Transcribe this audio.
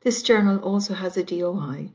this journal also has a doi